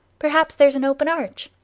perhaps there's an open arch.